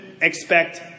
expect